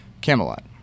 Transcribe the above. camelot